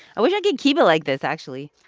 i wish i could keep it like this, actually.